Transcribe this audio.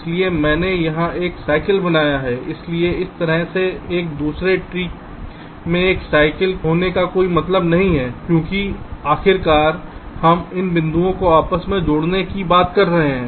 इसलिए मैंने यहां एक साइकिल बनाया है इसलिए इस तरह के एक दूसरे के ट्री में एक साइकिल होने का कोई मतलब नहीं है क्योंकि आखिरकार हम इन बिंदुओं को आपस में जोड़ने की बात कर रहे हैं